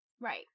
Right